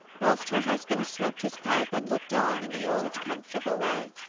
whilst her husband smoked his pipe and looked on in the old comfortable way.